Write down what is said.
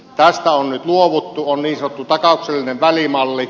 tästä on nyt luovuttu on niin sanottu takauksellinen välimalli